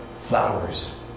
flowers